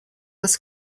was